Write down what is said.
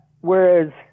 whereas